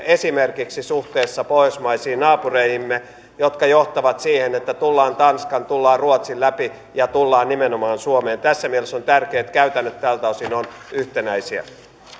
esimerkiksi suhteessa pohjoismaisiin naapureihimme jotka johtavat siihen että tullaan tanskan ja tullaan ruotsin läpi ja tullaan nimenomaan suomeen tässä mielessä on tärkeätä että käytännöt tältä osin ovat yhtenäisiä